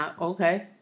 okay